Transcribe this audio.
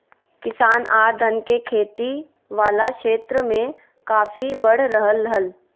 किसान आर धान के खेती वला क्षेत्र मे काफी बढ़ रहल हल